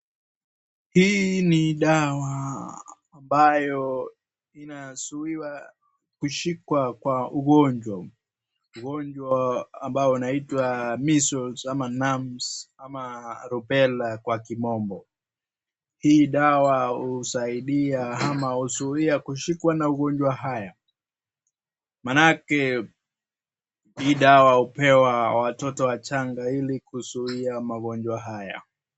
Hii ni dawa ambayo inazuia kushikwa kwa ugonjwa, ugonjwa ambao unaitwa measles ama mumps ama rubella kwa kimombo. Hii dawa husaidia ama huzuia kushikwa na ugonjwa haya. Maanake hii dawa hupewa watoto wachanga ili kuzuia magonjwa haya.